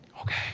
Okay